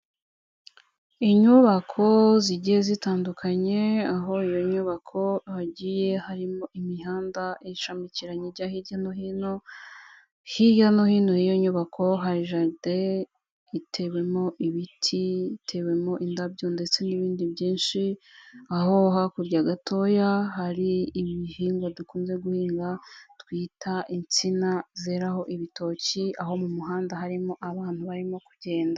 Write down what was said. Inyubako zigiye zitandukanye aho iyo nyubako hagiye harimo imihanda yishamikiranye ijya hirya no hino hirya no hino y'iyo nyubako hari jaride itewemo ibiti, itewemo indabyo ndetse n'ibindi byinshi aho hakurya gatoya hari ibihingwa dukunze guhinga twita insina zeraho ibitocyi aho mu muhanda harimo abantu barimo kugenda.